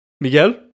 Miguel